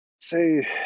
say